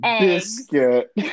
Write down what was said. Biscuit